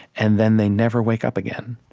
and then they never wake up again.